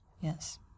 Yes